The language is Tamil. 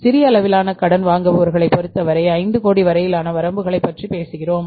சிறிய அளவிலான கடன் வாங்குபவர்களைப் பொறுத்தவரை 5 கோடி வரையிலான வரம்புகளைப் பற்றி பேசுகிறோம்